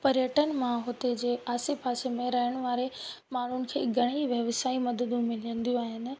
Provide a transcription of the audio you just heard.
पर्यटन मां हुते जे आसे पासे में रहण वारे माण्हून खे घणेई व्यव्सायी मददूं मिलंदियूं आहिनि